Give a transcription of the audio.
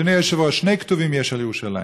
אדוני היושב-ראש, שני כתובים יש על ירושלים: